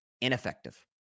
ineffective